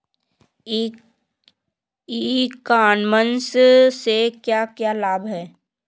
E commerce से क्या क्या लाभ हैं?